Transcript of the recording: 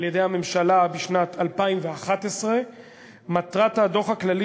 על-ידי הממשלה בשנת 2011. מטרת הדוח הכללי